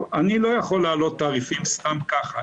אני לא יכול להעלות תעריפים סתם כך,